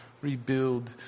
rebuild